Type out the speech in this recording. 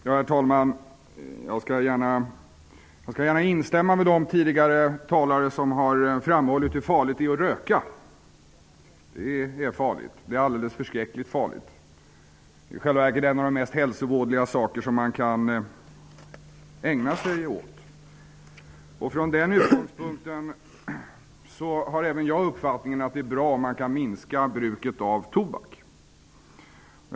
Herr talman! Jag håller gärna med tidigare talare som har framhållit hur farligt det är att röka. Det är farligt. Ja, det är alldeles förskräckligt farligt. I själva verket är rökning en av de hälsovådligaste saker som man kan ägna sig åt. Från den utgångspunkten har även jag uppfattningen att det är bra om bruket av tobak kan minskas.